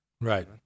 right